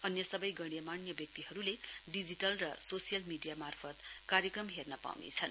अन्य सबै गण्यमान्य व्यक्तिहरुले डिजिटल र सोसियल मीडीया मार्फत कार्यक्रम हेर्न पाउनेहुन्